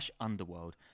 Underworld